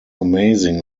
amazing